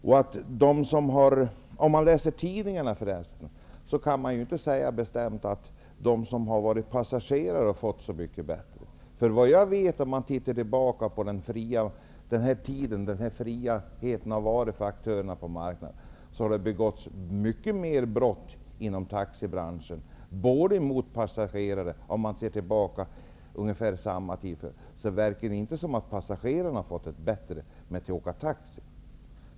Med tanke på vad som har stått i tidningarna kan man inte säga bestämt att passagerarna har fått det så mycket bättre. När man nu tittar tillbaka på den tid som det har varit frihet för varor och aktörer på marknaden, kan man se att det har begåtts fler brott inom taxibranschen mot passagerarna. Det verkar inte som att passagerarna har fått det bättre när det gäller att åka taxi.